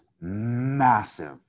massive